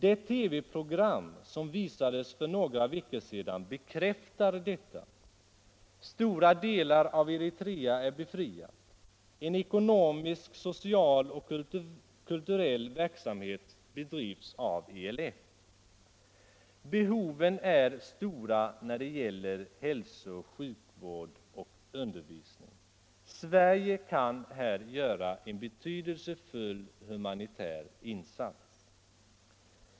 Det TV-program som visades för några veckor sedan bekräftar detta. Stora delar av Eritrea är befriat. En ekonomisk, social och kulturell verksamhet bedrivs av ELF. Behoven är stora när det gäller hälsooch sjukvård samt undervisning. Sverige kan här göra en betydelsefull humanitär insats.